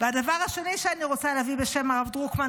הדבר השני שאני רוצה להביא בשם הרב דרוקמן,